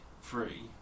free